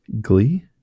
Glee